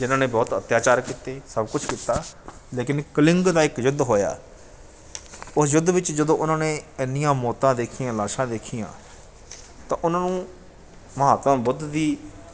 ਜਿਨ੍ਹਾਂ ਨੇ ਬਹੁਤ ਅੱਤਿਆਚਾਰ ਕੀਤੇ ਸਭ ਕੁਛ ਕੀਤਾ ਲੇਕਿਨ ਕਲਿੰਗ ਦਾ ਇੱਕ ਯੁੱਧ ਹੋਇਆ ਉਸ ਯੁੱਧ ਵਿੱਚ ਜਦੋਂ ਉਨ੍ਹਾਂ ਨੇ ਇੰਨੀਆਂ ਮੌਤਾਂ ਦੇਖੀਆਂ ਲਾਸ਼ਾਂ ਦੇਖੀਆਂ ਤਾਂ ਉਨ੍ਹਾਂ ਨੂੰ ਮਹਾਤਮਾ ਬੁੱਧ ਦੀ